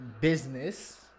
business